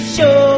Show